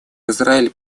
израиль